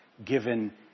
given